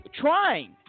trying